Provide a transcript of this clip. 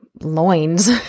loins